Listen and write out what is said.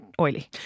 oily